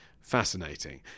fascinating